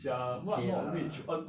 okay lah